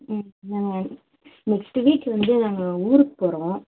ம் இல்லைங்க next week வந்து நாங்கள் ஊருக்கு போகறோம்